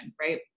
right